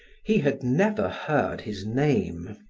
he had never heard his name.